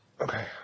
okay